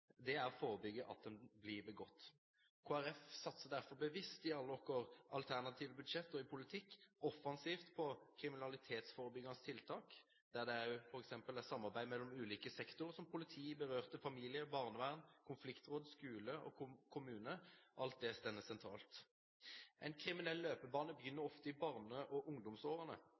er å forebygge at det blir begått. Kristelig Folkeparti satser derfor bevisst offensivt på kriminalitetsforebyggende tiltak i alle sine alternative budsjetter og i sin politikk. Samarbeid mellom ulike sektorer som politi, berørte familier, barnevern, konfliktråd, skole og kommune: Alt det står sentralt. En kriminell løpebane begynner ofte i barne- og ungdomsårene.